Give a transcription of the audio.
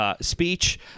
speech